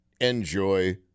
enjoy